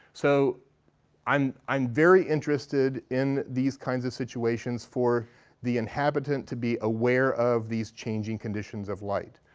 so i'm i'm very interested in these kinds of situations for the inhabitant to be aware of these changing conditions of light,